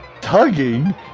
tugging